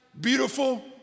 beautiful